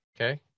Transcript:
Okay